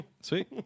Sweet